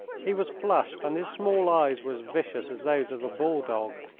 he was flushed, and his small eyes were as vicious as those of a bull-dog.